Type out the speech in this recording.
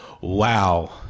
wow